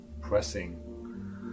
pressing